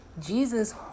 Jesus